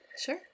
sure